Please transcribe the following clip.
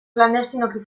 klandestinoki